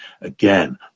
again